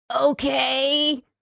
okay